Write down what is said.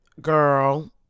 Girl